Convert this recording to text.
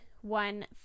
one